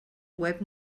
web